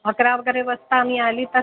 अकरा वगैरे वाजता मी आली तर